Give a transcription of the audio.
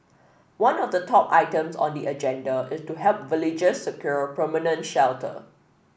one of the top items on the agenda is to help villagers secure permanent shelter